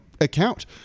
account